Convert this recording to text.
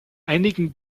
einigen